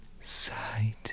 sight